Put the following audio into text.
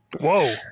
Whoa